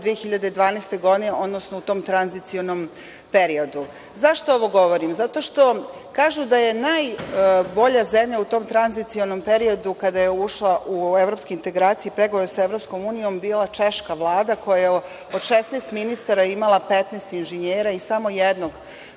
2012. godine, odnosno u tom tranzicionom periodu.Zašto ovo govorim? Zato što kažu da je najbolja zemlja u tom tranzicionom periodu kada je ušla u evropske integracije, u pregovore sa EU, bila češka vlada, koja je od 16 ministara imala 15 inženjera i samo jednog